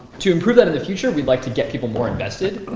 to improve that in the future, we'd like to get people more invested.